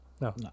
no